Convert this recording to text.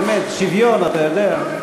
באמת, שוויון, אתה יודע.